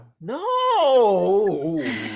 No